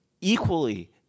equally